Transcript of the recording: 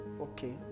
Okay